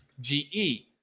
GE